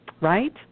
right